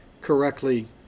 correctly